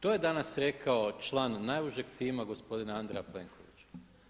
To je danas rekao član najužeg tima gospodina Andreja Plenkovića.